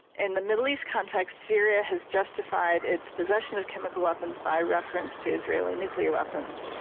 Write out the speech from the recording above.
in the middle east context, syria has justified its possession of chemical weapons by reference to israeli nuclear weapons,